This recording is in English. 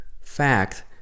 fact